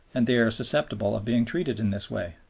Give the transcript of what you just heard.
and they are susceptible of being treated in this way.